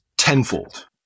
Tenfold